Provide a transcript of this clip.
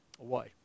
away